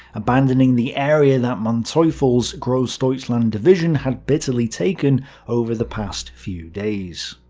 abandoning the area that manteuffel's grossdeutschland and division had bitterly taken over the past few days.